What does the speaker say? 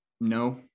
No